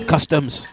Customs